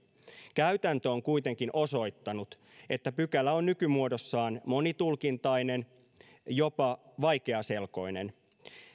käytäntö on kuitenkin osoittanut että pykälä on nykymuodossaan monitulkintainen jopa vaikeaselkoinen